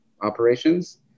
operations